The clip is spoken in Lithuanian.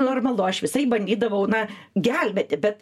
normalu aš visaip bandydavau na gelbėti bet